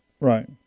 right